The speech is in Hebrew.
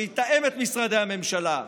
שיתאם את משרדי הממשלה,